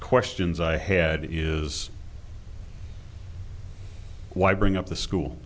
questions i had is why bring up the school